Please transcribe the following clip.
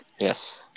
Yes